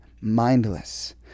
mindless